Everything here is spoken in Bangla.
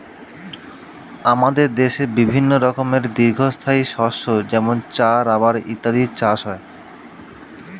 আমাদের দেশে বিভিন্ন রকমের দীর্ঘস্থায়ী শস্য যেমন চা, রাবার ইত্যাদির চাষ হয়